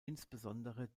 insbesondere